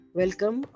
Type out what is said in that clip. welcome